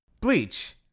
Bleach